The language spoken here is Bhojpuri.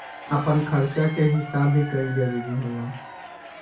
आपन खर्चा के हिसाब भी कईल जरूरी होला